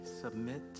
submit